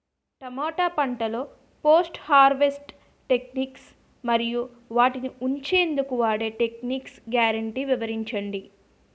టమాటా పంటలో post harvest techniques మరియు వాటిని ఉంచెందుకు వాడే టెక్నిక్స్ గ్యారంటీ వివరించండి?